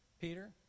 Peter